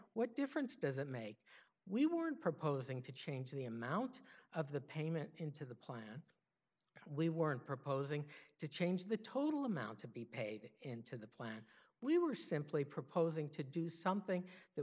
what difference does it make we weren't proposing to change the amount of the payment into the plan we weren't proposing to change the total amount to be paid into the plan we were simply proposing to do something that